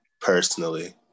Personally